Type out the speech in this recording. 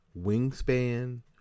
wingspan